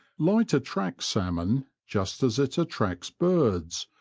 light attracts salmon just as it attracts birds,